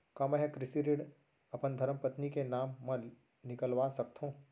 का मैं ह कृषि ऋण अपन धर्मपत्नी के नाम मा निकलवा सकथो?